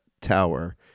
tower